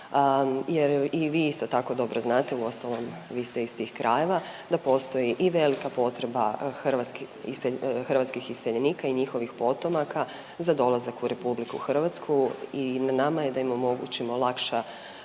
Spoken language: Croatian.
jer i vi isto tako dobro znate, uostalom vi ste iz tih krajeva, da postoji i velika potreba hrvatskih iseljenika i njihovih potomaka za dolazak u RH i na nama je da im omogućimo lakša